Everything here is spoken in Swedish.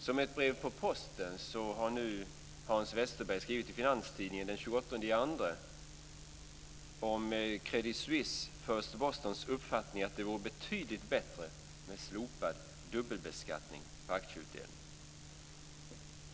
Som ett brev på posten har Hans Westerberg skrivit i Finanstidningen den 28 februari om Credit Suisse First Boston's uppfattning att det vore betydligt bättre med slopad dubbelbeskattning på aktieutdelning.